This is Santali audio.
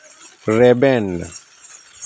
ᱨᱮᱵᱮᱱ